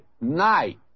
night